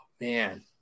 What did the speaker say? Man